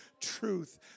truth